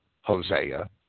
Hosea